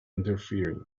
interfering